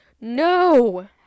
No